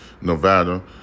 Nevada